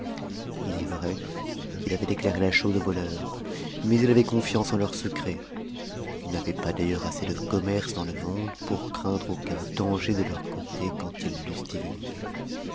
ï est vrai qu'il avait déclaré la chose aux voleurs mais il avait confiance en leur secret ils n'avaient pas d'ailleurs assez de commerce dans le monde pour craindre aucun danger de leur côté quand ils